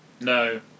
No